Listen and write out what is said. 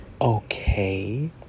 Okay